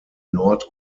nord